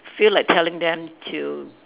feel like telling them to